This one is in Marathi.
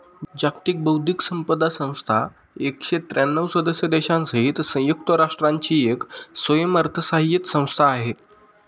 जागतिक बौद्धिक संपदा संस्था एकशे त्र्यांणव सदस्य देशांसहित संयुक्त राष्ट्रांची एक स्वयंअर्थसहाय्यित संस्था आहे